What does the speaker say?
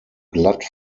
glatt